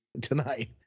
tonight